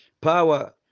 power